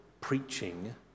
preaching